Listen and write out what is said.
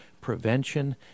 prevention